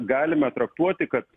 galime traktuoti kad